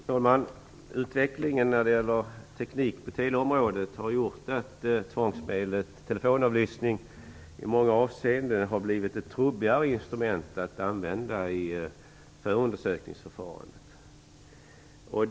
Fru talman! Utvecklingen när det gäller teknik på teleområdet har gjort att tvångsmedlet telefonavlyssning i många avseenden har blivit ett trubbigare instrument att använda i förundersökningsförfarandet.